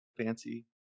fancy